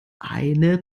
eine